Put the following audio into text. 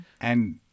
And-